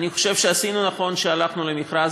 אני חושב שעשינו נכון שהלכנו למכרז,